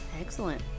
Excellent